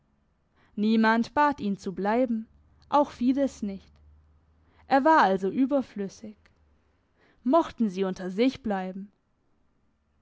niemand bat ihn zu bleiben auch fides nicht er war also überflüssig mochten sie unter sich bleiben